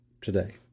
today